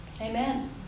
Amen